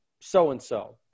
so-and-so